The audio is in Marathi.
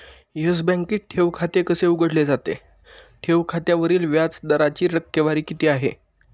येस बँकेत ठेव खाते कसे उघडले जाते? ठेव खात्यावरील व्याज दराची टक्केवारी किती आहे?